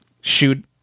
shoot